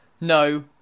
No